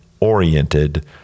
oriented